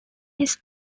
his